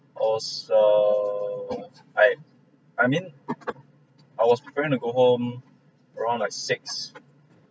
I was I was err I I mean I was preparing to go home around like six